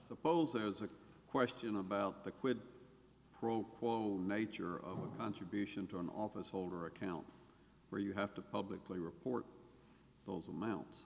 polls there's a question about the quid pro quo nature of contribution to an officeholder account where you have to publicly report those amounts